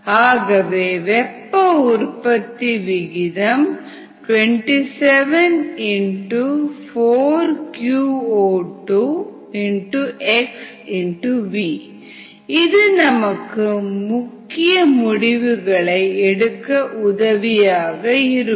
ஆகவே வெப்ப உற்பத்தி விகிதம் 27 இது நமக்கு முக்கிய முடிவுகளை எடுக்க உதவியாக இருக்கும்